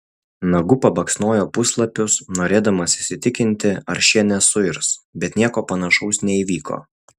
nagu pabaksnojo puslapius norėdamas įsitikinti ar šie nesuirs bet nieko panašaus neįvyko